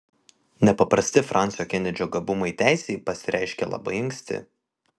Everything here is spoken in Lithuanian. nepaprasti fransio kenedžio gabumai teisei pasireiškė labai anksti